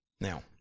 Now